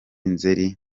nzeri